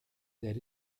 that